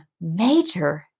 major